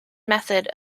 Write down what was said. method